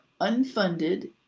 unfunded